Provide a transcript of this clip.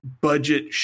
budget